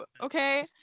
Okay